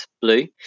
blue